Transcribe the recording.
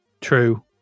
True